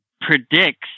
predicts